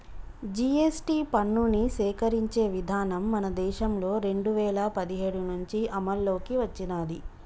GST పన్నుని సేకరించే విధానం మన దేశంలో రెండు వేల పదిహేడు నుంచి అమల్లోకి వచ్చినాది